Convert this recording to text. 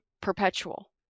perpetual